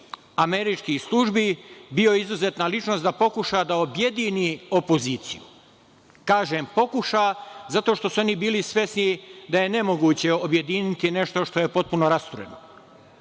američkih službi bio izuzetna ličnost da pokuša da objedini opoziciju. Kažem – pokuša, zato što su oni bili svesni da je nemoguće objediniti nešto što je potpuno rastureno.